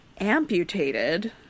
amputated